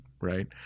right